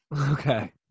Okay